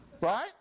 Right